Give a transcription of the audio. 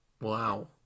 Wow